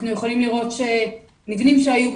זה לא מספיק כדי לעשות